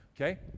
okay